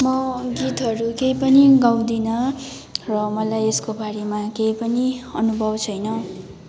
म गीतहरू केही पनि गाउँदिनँ र मलाई यसको बारेमा केही पनि अनुभव छैन